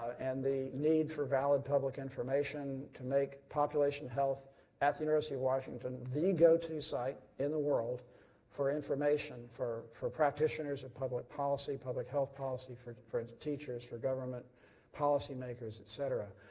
and the need for valid public information to make population health at the university of washington the go-to site in the world for information for for practitioners of public policy, public health policy for for teachers, for government policymakers, etc.